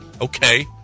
Okay